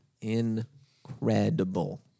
incredible